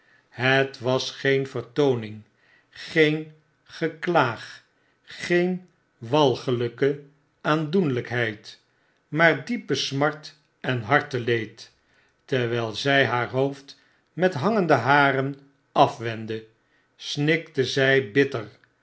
het was geen vertooning geen geklaag geen walgelijke aandoenlgkheid maar diepe smart en harteleed terwijl zy haar hoofd met hangende haren afwendde snikte zij bitter